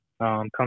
come